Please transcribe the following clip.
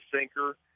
sinker